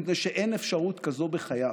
מפני שאין אפשרות כזאת בחייו.